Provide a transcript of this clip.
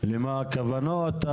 למה הכוונות,